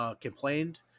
complained